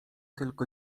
tylko